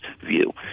view